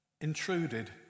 intruded